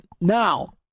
Now